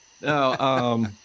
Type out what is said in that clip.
No